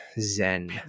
Zen